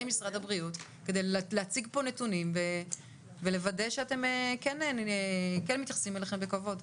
משרד הבריאות כדי להציג פה נתונים ולוודא שכן מתייחסים אליכם בכבוד.